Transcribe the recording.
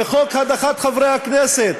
וחוק הדחת חברי הכנסת,